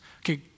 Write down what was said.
Okay